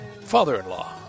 father-in-law